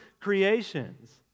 creations